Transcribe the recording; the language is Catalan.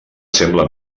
sembla